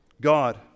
God